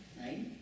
Right